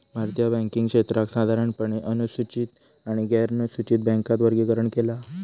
भारतीय बॅन्किंग क्षेत्राक साधारणपणे अनुसूचित आणि गैरनुसूचित बॅन्कात वर्गीकरण केला हा